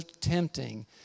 tempting